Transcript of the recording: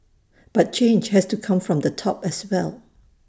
but change has to come from the top as well